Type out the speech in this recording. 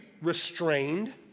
restrained